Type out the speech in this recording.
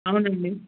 అవునండి